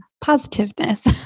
Positiveness